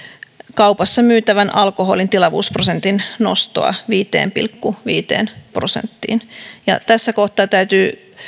kaupassa myytävän alkoholin tilavuusprosentin nostoa viiteen pilkku viiteen prosenttiin tässä kohtaa täytyy